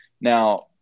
Now